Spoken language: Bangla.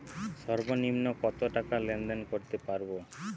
সর্বনিম্ন কত টাকা লেনদেন করতে পারবো?